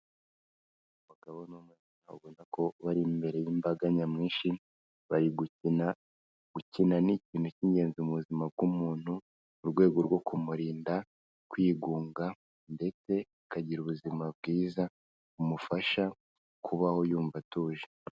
Umugabo n'umutima ubona ko bari imbere y'imbaga nyamwinshi, bari gukina, gukina ni ikintu cy'ingenzi mu buzima bw'umuntu, mu rwego rwo kumurinda kwigunga ndetse akagira ubuzima bwiza bumufasha kubaho yumva atuje.